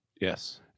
Yes